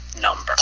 number